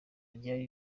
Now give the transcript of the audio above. ryari